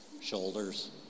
shoulders